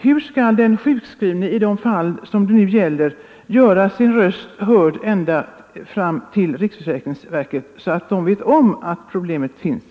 Hur skall den sjukskrivne i de fall det nu gäller kunna göra sin röst hörd ända fram till riksförsäkringsverket, så att verket får veta att problemet finns?